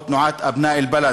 או תנועת "אבנאא אלבלד"